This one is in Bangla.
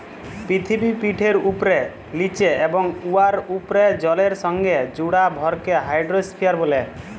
পিথিবীপিঠের উপ্রে, লিচে এবং উয়ার উপ্রে জলের সংগে জুড়া ভরকে হাইড্রইস্ফিয়ার ব্যলে